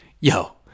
Yo